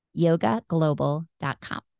YogaGlobal.com